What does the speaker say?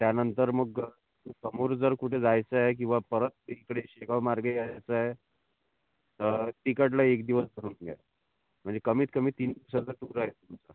त्यानंतर मग समोर जर कुठे जायचं आहे किंवा परत इकडे शेगावमार्गे यायचं आहे तिकडलं एक दिवस धरून घ्या म्हणजे कमीत कमी तीन दिवसाचा टूर आहे